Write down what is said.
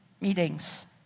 meetings